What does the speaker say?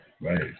right